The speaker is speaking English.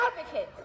advocates